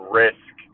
risk